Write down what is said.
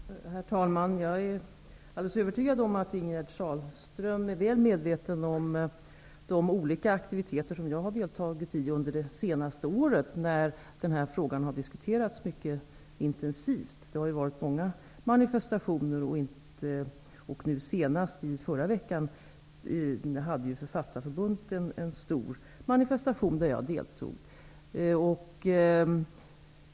Herr talman! Jag är alldeles övertygad om att Ingegerd Sahlström är väl medveten om de olika aktiviteter som jag har deltagit i under det senaste året, då den här frågan har diskuterats mycket intensivt. Det har ju förekommit många manifestationer. Nu senast i förra veckan hade ju Författarförbundet en stor manifestation, där jag deltog.